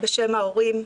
בשם ההורים,